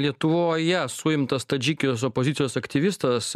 lietuvoje suimtas tadžikijos opozicijos aktyvistas